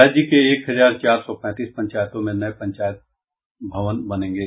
राज्य के एक हजार चार सौ पैंतीस पंचायतों में नये पंचायत सरकार भवन बनेंगे